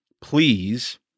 please